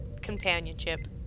companionship